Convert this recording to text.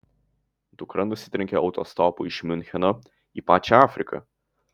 dukra nusitrenkė autostopu iš miuncheno į pačią afriką